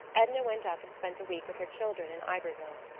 edna went up and spent a week with her children in iberville.